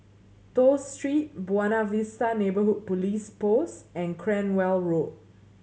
Toh Street Buona Vista Neighbourhood Police Post and Cranwell Road